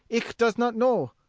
ich does not know.